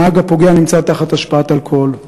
הנהג הפוגע היה תחת השפעת אלכוהול.